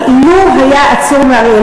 אבל לו היה עצור מאריאל,